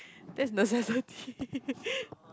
that's necessity